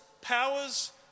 powers